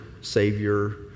savior